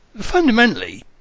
fundamentally